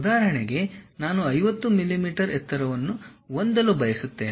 ಉದಾಹರಣೆಗೆ ನಾನು 50 ಮಿಲಿಮೀಟರ್ ಎತ್ತರವನ್ನು ಹೊಂದಲು ಬಯಸುತ್ತೇನೆ